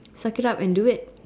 suck it up and do it